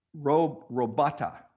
robota